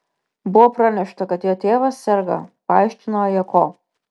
buvo pranešta kad jo tėvas serga paaiškino ajako